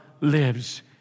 lives